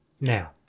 now